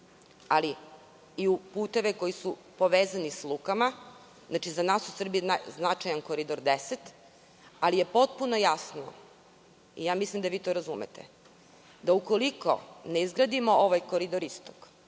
ali i u puteve koji su povezani s lukama, za nas u Srbiji značajan Koridor 10, ali je potpuno jasno i mislim da vi to razumete, da ukoliko ne izgradimo ovaj Koridor Istok,